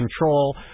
control